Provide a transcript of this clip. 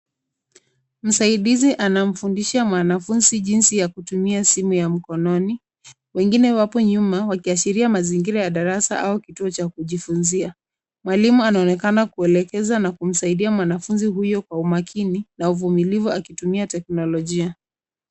Msaidizi anamfundisha mwanafunzi jinsi ya kutumia simu ya mkononi, wengine wapo nyuma wakiashiria mazingira ya darasa au kituo cha kujifunzia. Mwalimu anaonekana kuelekeza na kumsaidia mwanafunzi huyu kwa umakini na uvumilivu akitumia teknolojia.